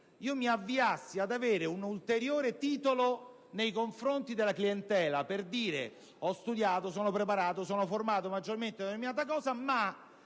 io mi avviassi ad avere un ulteriore titolo nei confronti della clientela dicendo: «Ho studiato, sono preparato, sono formato maggiormente in una determinata